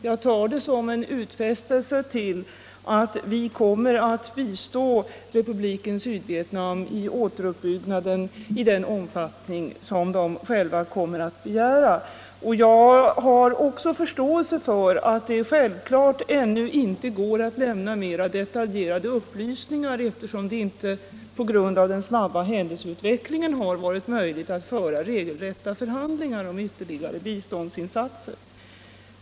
Jag tar det som en utfästelse att vi kommer att bistå Republiken Sydvietnam i återuppbyggnaden i den omfattning som detta land självt kommer att begära. Jag har också förståelse för att det självfallet ännu inte går att lämna mera detaljerade upplysningar. På grund av den snabba händelseutvecklingen har det inte varit möjligt att föra regelrätta förhandlingar om ytterligare biståndsinsatser.